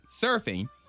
surfing